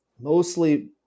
mostly